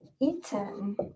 eaten